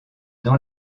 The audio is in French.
dans